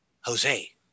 Jose